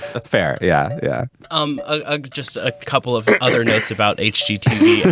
affair yeah. yeah. um ah just a couple of other notes about hgtv.